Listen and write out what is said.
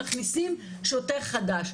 מכניסים שוטר חדש.